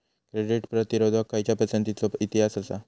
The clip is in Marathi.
कीटक प्रतिरोधक खयच्या पसंतीचो इतिहास आसा?